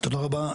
תודה רבה,